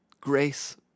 grace